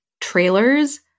trailers